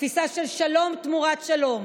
תפיסה של שלום תמורת שלום.